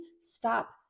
stop